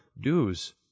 dues